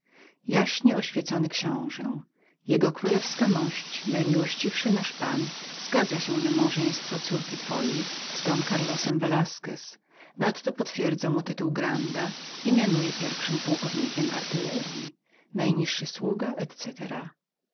jaśnie oświecony książe jkmość najmiłościwszy nasz pan zgadza się na małżeństwo córki waszej z don karlosem velasquez nadto potwierdza mu tytuł granda i mianuje pierwszym pułkownikiem artyleryi